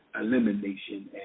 elimination